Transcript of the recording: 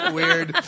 weird